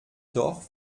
doch